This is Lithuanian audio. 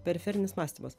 periferinis mąstymas